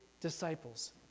disciples